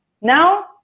Now